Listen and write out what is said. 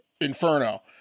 Inferno